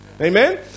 Amen